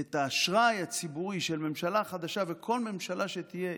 את האשראי הציבורי של ממשלה החדשה וכל ממשלה שתהיה,